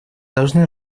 должны